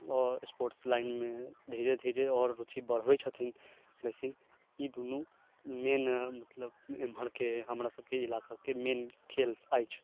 आओर sports line मे धीरे धीरे आओर रूचि बढ़बै छथिन लेकिन ई दुनू मैन मतलब ईमहर के हमरा सबके ईलाका के मैन खेल अछि